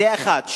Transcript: זה דבר אחד.